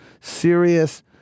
serious